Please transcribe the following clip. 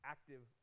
Active